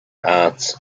aunts